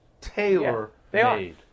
Tailor-made